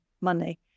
money